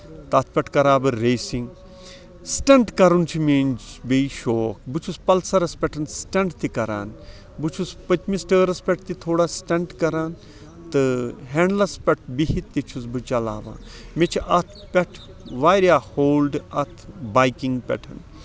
تَتھ پٮ۪ٹھ کرٕ ہا بہٕ ریسِنگ سِٹنٹ کَرٕنۍ چھِ بیٚیہِ میٲنۍ شوق بہٕ چھُس پَلسرَس پٮ۪ٹھ سِٹنٹ تہِ کران بہٕ چھُس پٔتمِس ٹٲرَس پٮ۪ٹھ تہِ تھوڑا سِٹنٹ کران تہٕ ہینڈلَس پٮ۪ٹھ بِہِتھ تہِ چھُس بہٕ چلاوان مےٚ چھِ اَتھ پٮ۪ٹھ واریاہ ہولڈ اَتھ بیکِنگ پٮ۪ٹھ